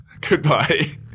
Goodbye